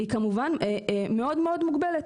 היא כמובן מאוד מאוד מוגבלת,